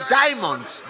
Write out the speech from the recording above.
diamonds